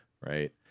Right